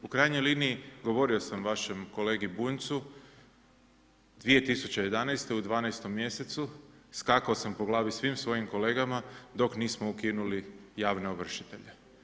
U krajnjoj liniji, govorio sam vašeg kolegi Bunjcu 2011. u 12. mjesecu skakao sam po glavi svim svojim kolegama dok nismo ukinuli javne ovršitelje.